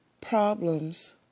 problems